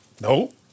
No